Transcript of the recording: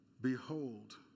Behold